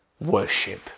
Worship